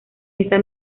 esta